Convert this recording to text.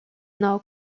now